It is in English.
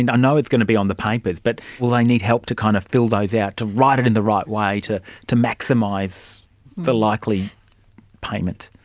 and know it's going to be on the papers, but will they need help to kind of fill those out, to write it in the right way, to to maximise the likely payment?